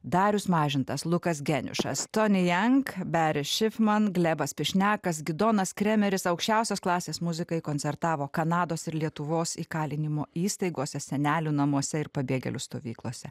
darius mažintas lukas geniušas toni jenk beri šifman glebas pišnekas gidonas kremeris aukščiausios klasės muzikai koncertavo kanados ir lietuvos įkalinimo įstaigose senelių namuose ir pabėgėlių stovyklose